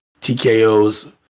TKO's